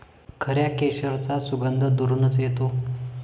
खऱ्या केशराचा सुगंध दुरूनच येतो